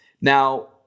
Now